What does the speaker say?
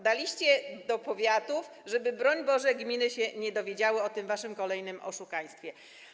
Daliście to do powiatów, żeby, broń Boże, gminy nie dowiedziały się o waszym kolejnym oszukaństwie.